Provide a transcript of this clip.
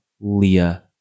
Leah